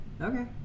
Okay